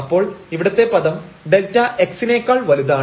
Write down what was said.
അപ്പോൾ ഇവിടത്തെ പദം Δx നേക്കാൾ വലുതാണ്